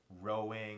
rowing